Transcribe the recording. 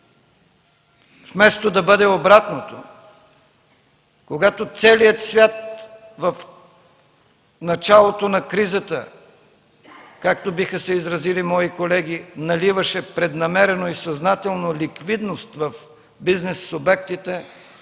вместо да бъде обратното, когато целият свят в началото на кризата, както биха се изразили мои колеги, наливаше преднамерено и съзнателно ликвидност в бизнес субектите,